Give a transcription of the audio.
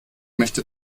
möchte